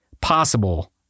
Possible